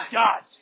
god